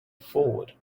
forward